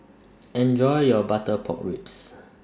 Enjoy your Butter Pork Ribs